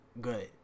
good